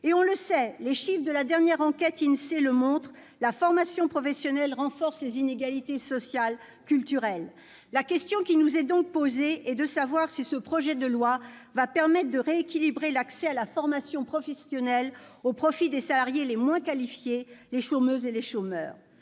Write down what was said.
Et on le sait, puisque les chiffres de la dernière enquête INSEE le montrent, la formation professionnelle renforce les inégalités sociales et culturelles. La question qui nous est donc posée est de savoir si ce projet de loi va permettre de rééquilibrer l'accès à la formation professionnelle au profit des salariés les moins qualifiés, des chômeuses et des chômeurs.